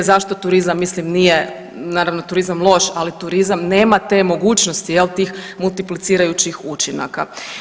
Zašto turizam mislim nije naravno turizam loš, ali turizam nema te mogućnosti jel tih multiplicirajućih učinaka.